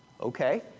Okay